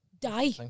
die